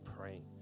praying